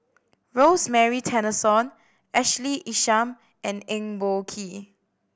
Rosemary Tessensohn Ashley Isham and Eng Boh Kee